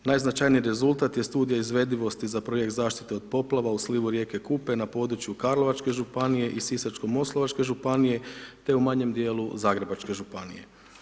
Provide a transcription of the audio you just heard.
Najznačajniji rezultat je studija izvedivosti za Projekt zaštite od poplava u slivu rijeke Kupe na području Karlovačke županije i Sisačko moslavačke županije, te u manjem dijelu Zagrebačke županije.